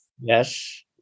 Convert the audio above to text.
Yes